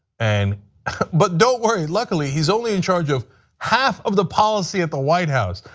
and but don't worry, luckily he's only in charge of half of the policy at the white house.